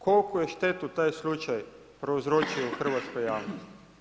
Koliku je štetu taj slučaj prouzročio u hrvatskoj javnosti?